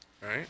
right